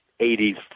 80s